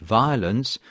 violence